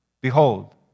Behold